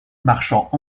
marchands